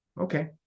Okay